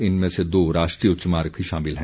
इनमें दो राष्ट्रीय उच्च मार्ग भी शामिल हैं